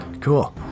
Cool